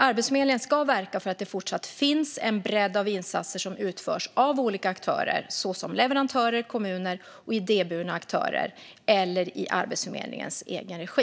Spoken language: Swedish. Arbetsförmedlingen ska verka för att det fortsatt ska finnas en bredd av insatser som utförs av olika aktörer, såsom leverantörer, kommuner och idéburna aktörer, eller i Arbetsförmedlingens egen regi.